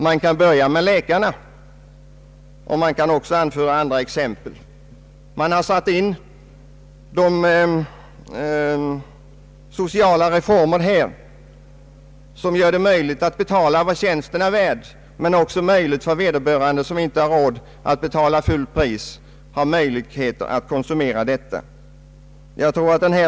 Man kan anföra många exempel, däribland läkarna. Här har man genomfört sociala reformer som gör det möjligt även för dem som inte har råd att betala fullt pris för den tjänst som konsumeras.